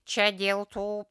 čia dėl tų